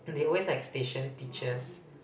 they always like station teachers